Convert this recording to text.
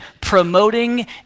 promoting